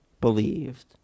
believed